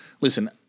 Listen